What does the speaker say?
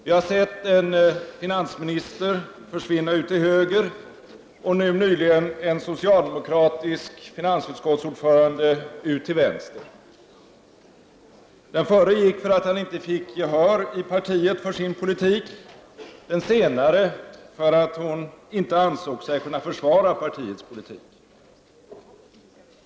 Vi har sett en finansminister försvinna ut till höger och nu nyligen en socialdemokratisk finansutskottsordförande ut till vänster. Den förre gick därför att han inte fick gehör i partiet för sin politik, den se nare därför att hon inte ansåg sig kunna försvara partiets politik.